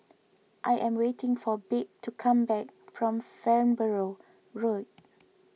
I am waiting for Babe to come back from Farnborough Road